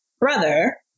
brother